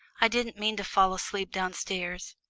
i didn't mean to fall asleep downstairs.